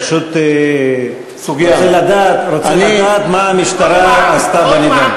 ואמר שהוא פשוט רוצה לדעת מה המשטרה עשתה בעניין.